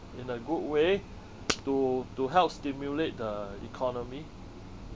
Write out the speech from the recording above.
in a good way to to help stimulate the economy